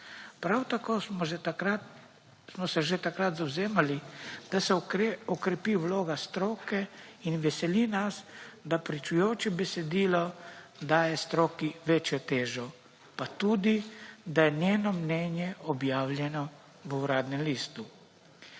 Prav tako smo se že takrat zavzemali, da se okrepi vloga stroke in veseli nas, da pričujoče besedilo daje stroki večjo težo, pa tudi, da je njeno mnenje objavljeno v Uradnem listu.